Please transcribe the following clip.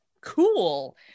cool